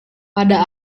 pada